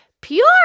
pure